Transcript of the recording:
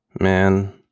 Man